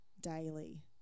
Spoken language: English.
daily